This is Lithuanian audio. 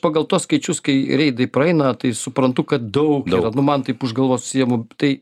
pagal tuos skaičius kai reidai praeina tai suprantu kad daug daug nu man taip už galvos susiėmu tai